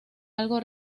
algo